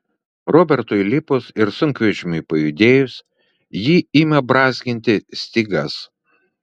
robertui įlipus ir sunkvežimiui pajudėjus ji ima brązginti stygas